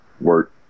work